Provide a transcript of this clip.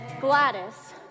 Gladys